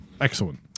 Excellent